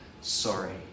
sorry